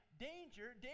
danger